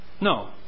No